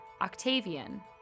Octavian